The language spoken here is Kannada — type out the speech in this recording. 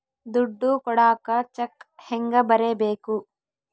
ದುಡ್ಡು ಕೊಡಾಕ ಚೆಕ್ ಹೆಂಗ ಬರೇಬೇಕು?